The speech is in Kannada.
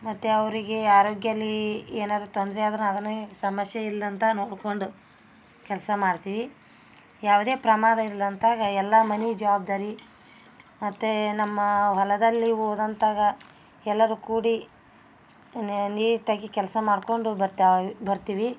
ಮತ್ತು ಅವರಿಗೆ ಆರೋಗ್ಯಲ್ಲಿ ಏನಾದರು ತೊಂದರೆ ಆದರೆ ಅದನ್ನೀ ಸಮಸ್ಯೆ ಇಲ್ಲಂತ ನೋಡ್ಕೊಂಡು ಕೆಲಸ ಮಾಡ್ತೀವಿ ಯಾವ್ದೇ ಪ್ರಮಾದ ಇಲ್ಲಂತಾಗ ಎಲ್ಲಾ ಮನೆ ಜವಬ್ದಾರಿ ಮತ್ತು ನಮ್ಮ ಹೊಲದಲ್ಲಿ ಹೋದಂತಾಗ ಎಲ್ಲರು ಕೂಡಿ ನಾ ನೀಟಾಗಿ ಕೆಲಸ ಮಾಡ್ಕೊಂಡು ಬರ್ತಾ ಬರ್ತೀವಿ